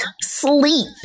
sleep